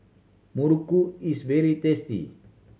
muruku is very tasty